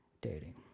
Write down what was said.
dating